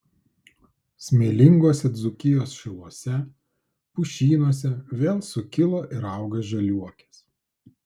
smėlinguose dzūkijos šiluose pušynuose vėl sukilo ir auga žaliuokės